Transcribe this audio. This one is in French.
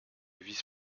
vice